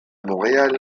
montréal